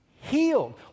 healed